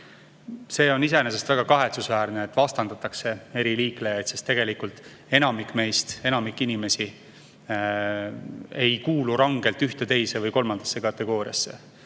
See on iseenesest väga kahetsusväärne, et vastandatakse eri liiklejaid, sest tegelikult enamik meist, enamik inimesi ei kuulu rangelt ühte, teise või kolmandasse kategooriasse.